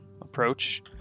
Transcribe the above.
approach